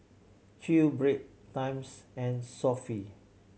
QBread Times and Sofy